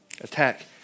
Attack